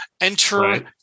enter